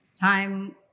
time